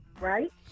Right